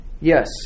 Yes